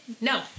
No